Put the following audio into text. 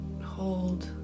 hold